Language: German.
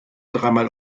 dreimal